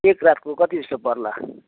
एक रातको कति जस्तो पर्ला